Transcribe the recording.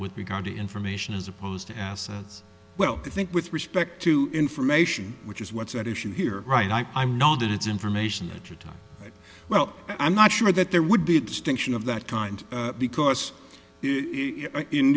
with regard to information as opposed to assets well i think with respect to information which is what's at issue here right i'm not that it's information that your time well i'm not sure that there would be a distinction of that kind because in